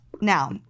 now